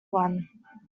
one